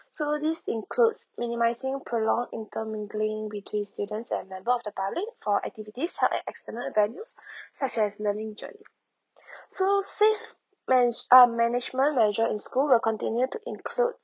so this includes minimizing prolong in term mingling between students and member of the for activities help at external value such as learning journey so safe m~ um management measure will continue to includes